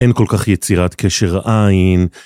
אין כל כך יצירת קשר עין.